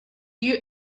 you